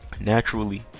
Naturally